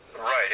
Right